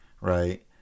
right